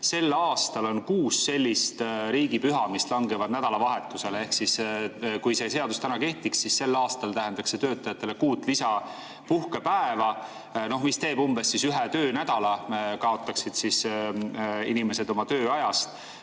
sel aastal on kuus sellist riigipüha, mis langevad nädalavahetusele. Ehk siis, kui see seadus täna kehtiks, siis sel aastal tähendaks see töötajatele kuut lisapuhkepäeva, mis teeb umbes ühe töönädala, mille kaotaksid inimesed oma tööajast.